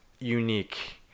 unique